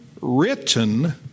written